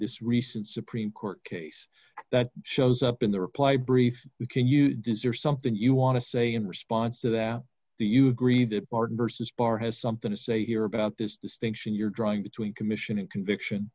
this recent supreme court case that shows up in the reply brief we can you does or something you want to say in response to that do you agree that barton versus barr has something to say here about this distinction you're drawing between commission and conviction